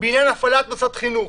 בעניין הפעלת מוסד חינוך,